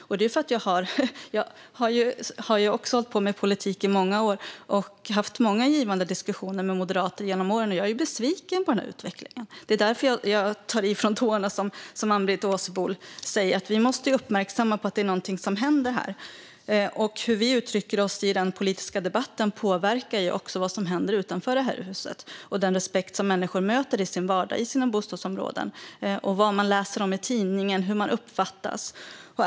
Också jag har hållit på med politik i många år och haft många givande diskussioner med moderater genom åren. Jag är besviken på den här utvecklingen. Det är därför jag tar i från tårna, som Ann-Britt Åsebol säger. Vi måste uppmärksamma att det är något som händer här. Hur vi uttrycker oss i den politiska debatten påverkar också vad som händer utanför det här huset - den respekt som människor möter i sin vardag i sina bostadsområden, vad de läser om i tidningen och hur de uppfattas.